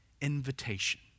invitation